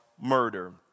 murder